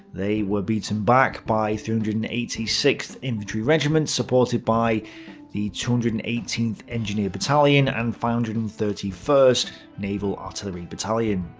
they were beaten back by three hundred and eighty sixth infantry regiment, supported by the two hundred and eighteenth engineer battalion and five hundred and thirty first naval artillery battalion.